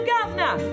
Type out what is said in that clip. Governor